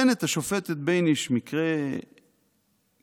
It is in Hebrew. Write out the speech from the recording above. נותנת השופטת בייניש מקרה קיצון,